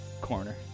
Corner